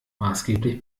maßgeblich